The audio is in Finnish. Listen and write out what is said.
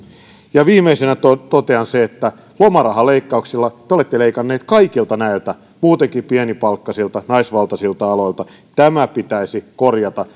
ja viimeisenä totean sen että lomarahaleikkauksilla te olette leikanneet kaikilta näiltä muutenkin pienipalkkaisilta naisvaltaisilta aloilta tämä pitäisi korjata